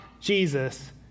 Jesus